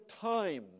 time